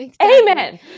Amen